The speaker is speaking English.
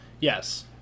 Yes